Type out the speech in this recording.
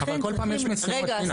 אבל כל פעם יש משימות, פנינה.